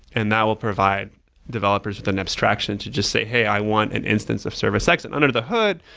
and that will provide developers with an abstraction to just say, hey, i want an instance of service x. and under the hood,